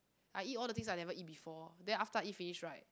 I eat all the things I never eat before then after I eat finish right